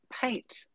paint